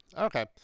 Okay